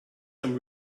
some